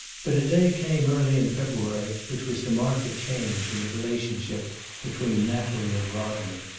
but a day came, early in february, which was to mark a change in the relationship between natalie and rodney.